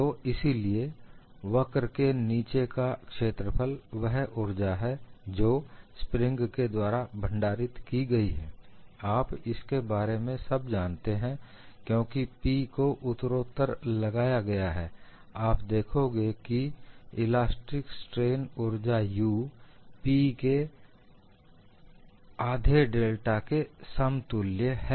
तो इसीलिए वक्र के नीचे का क्षेत्रफल वह ऊर्जा है जो स्प्रिंग के द्वारा भंडारित की गई है आप इसके बारे में सब जानते हैं क्योंकि P को उत्तरोत्तर लगाया गया है आप देखोगे कि इलास्टिक स्ट्रेन ऊर्जा U P के 12 डेल्टा के समतुल्य है